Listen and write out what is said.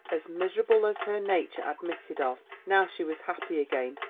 as miserable as her nature admitted of, now she was happy again,